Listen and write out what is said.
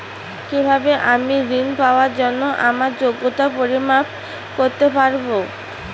কিভাবে আমি ঋন পাওয়ার জন্য আমার যোগ্যতার পরিমাপ করতে পারব?